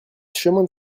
chemin